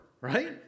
right